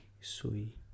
sui